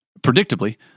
Predictably